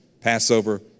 Passover